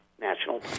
national